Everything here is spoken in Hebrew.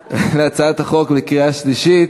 להצבעה על הצעת החוק בקריאה שלישית.